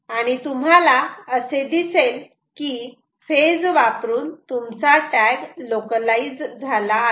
आणि तुम्हाला असे दिसेल की फेज वापरून तुमचा टॅग लोकलाईज झाला आहे